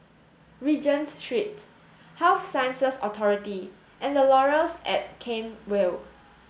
Regent Street Health Sciences Authority and The Laurels at Cairnhill